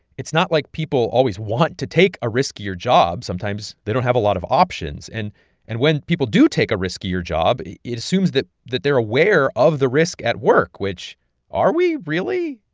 it's not like people always want to take a riskier job. sometimes they don't have a lot of options. and and when people do take a riskier job, it assumes that that they're aware of the risk at work, which are we, really?